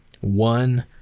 one